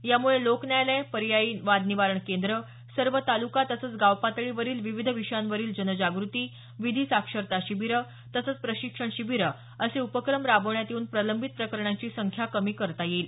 यामुळे लोक न्यायालयं पर्यायी वादनिवारण केंद्र सर्व तालुका तसंच गावपातळीवरील विविध विषयांवरील जनजागृती विधी साक्षरता शिबिरं तसंच प्रशिक्षण शिबिरं असे उपक्रम राबवण्यात येऊन प्रलंबित प्रकरणांची संख्या कमी करता येईल